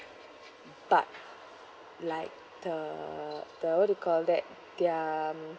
but like the the what do you call that their